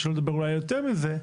שלא נדבר על אולי יותר מזה,